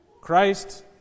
Christ